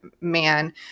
man